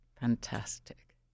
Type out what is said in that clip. Fantastic